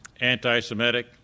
anti-Semitic